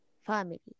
family